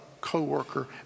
coworker